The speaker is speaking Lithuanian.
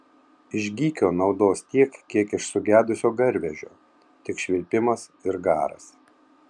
iš gykio naudos tiek kiek iš sugedusio garvežio tik švilpimas ir garas